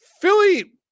Philly